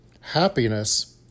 Happiness